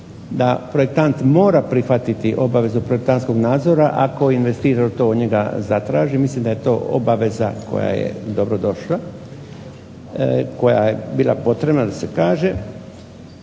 da projektant mora prihvatiti obavezu projektantskog nadzora ako investitor to od njega zatraži. Mislim da je to obaveza koja je dobro došla, koja je bila potrebna da se kaže.